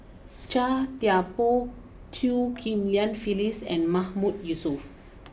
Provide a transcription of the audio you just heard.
Chia Thye Poh Chew Ghim Lian Phyllis and Mahmood Yusof